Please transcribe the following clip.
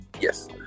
Yes